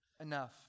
Enough